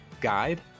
guide